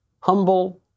Humble